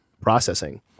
processing